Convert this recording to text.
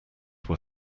were